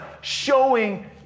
showing